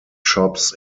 shops